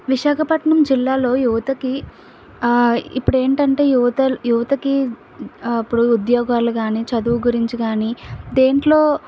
విశాఖపట్నం జిల్లాలో యువతకి ఇప్పుడు ఏంటంటే యువత యువతకి ఇప్పుడు ఉద్యోగాలు కానీ చదువు గురించి కానీ దేంట్లో